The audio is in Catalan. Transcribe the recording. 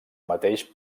mateix